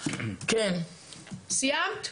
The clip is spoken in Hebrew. סיימת?